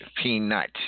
Peanut